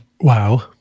Wow